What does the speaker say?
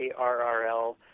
ARRL